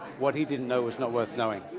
what he didn't know it was not worth knowing.